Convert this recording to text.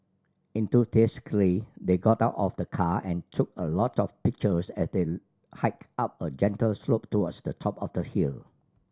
enthusiastically they got out of the car and took a lot of pictures as they hiked up a gentle slope towards the top of the hill